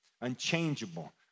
unchangeable